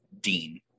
Dean